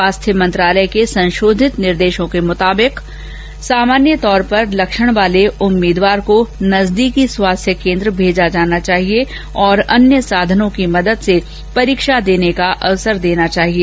स्वास्थ्य मंत्रालय के संशोधित निर्देशों के मुताबिक सामान्य तौर पर लक्षण वाले उम्मीदवार को नजदीकी स्वास्थ्य केन्द्र भेजना जाना चाहिए और अन्य साधनों की मदद से परीक्षा देने का अवसर देना चाहिए